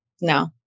No